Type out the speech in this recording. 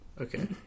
okay